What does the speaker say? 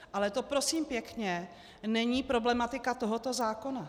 Ale to prosím pěkně není problematika tohoto zákona.